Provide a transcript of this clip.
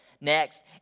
next